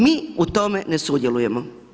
Mi u tome ne sudjelujemo.